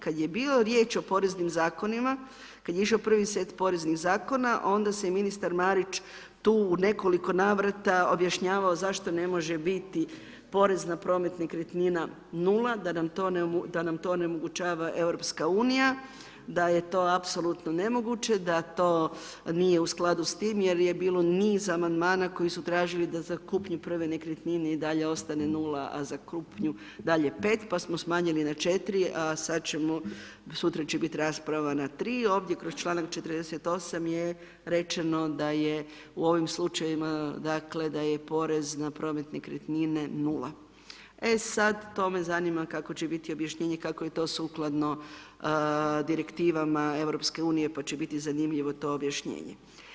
Kada je bilo riječi o poreznim zakonima, kada je išao prvi set poreznih zakona onda je ministar Marić tu u nekoliko navrata objašnjavao zašto ne može biti porez na promet nekretnina 0, da nam to onemogućava Europska unija, da je to apsolutno nemoguće, da to nije u skladu s tim jer je bilo niz amandmana koji su tražili da za kupnju prve nekretnine i dalje ostane 0, a za kupnju dalje 5, pa smo smanjili na 4, sutra će biti rasprava na 3. Ovdje kroz članak 48. je rečeno da je u ovim slučajevima dakle da je porez na promet nekretnine 0. E sada, to me zanima kako će biti objašnjenje kako je to sukladno direktivama Europske unije, pa će biti zanimljivo to objašnjenje.